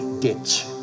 ditch